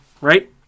right